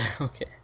Okay